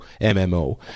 MMO